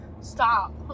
Stop